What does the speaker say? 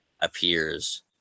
appears